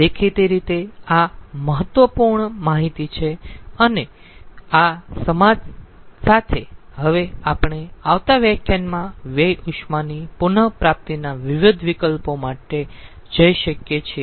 દેખીતી રીતે આ મહત્વપૂર્ણ માહિતી છે અને આ સમજ સાથે હવે આપણે આવતા વ્યાખ્યાનમાં વ્યય ઉષ્માની પુન પ્રાપ્તિના વિવિધ વિકલ્પો માટે જઈ શકીયે છીએ